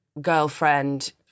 girlfriend